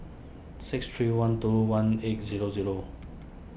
six three one two one eight zero zero